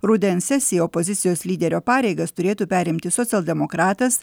rudens sesiją opozicijos lyderio pareigas turėtų perimti socialdemokratas